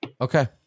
Okay